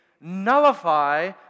nullify